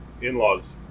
in-laws